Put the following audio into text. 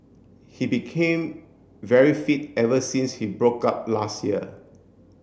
he became very fit ever since he broke up last year